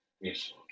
Yes